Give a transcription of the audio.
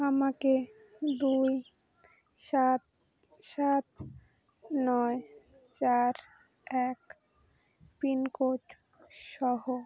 আমাকে দুই সাত সাত নয় চার এক পিনকোড সহ